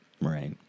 Right